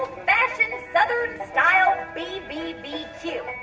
are southern-style bbbq?